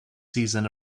season